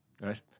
right